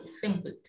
simple